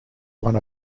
one